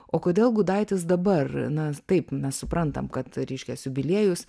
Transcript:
o kodėl gudaitis dabar na taip mes suprantam kad reiškias jubiliejus